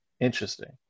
Interesting